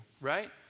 right